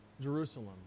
Jerusalem